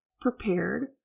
prepared